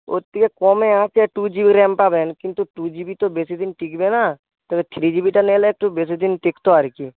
ওর থেকে কমে আছে টু জিবি র্যাম পাবেন কিন্তু টু জিবি তো বেশি দিন টিকবে না থ্রি জিবিটা নিলে একটু বেশি দিন টিকতো আর কি